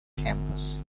campus